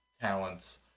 talents